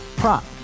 prop